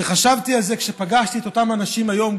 וחשבתי על זה כשפגשתי את אותם אנשים היום,